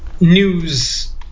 news